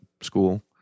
school